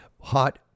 Hot